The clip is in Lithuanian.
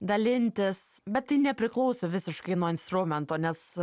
dalintis bet tai nepriklauso visiškai nuo instrumento nes